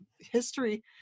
history